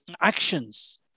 actions